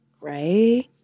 Right